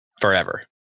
forever